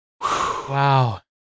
Wow